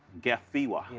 gafeewa.